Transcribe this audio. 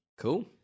Cool